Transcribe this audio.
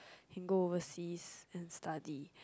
can go overseas study